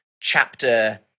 chapter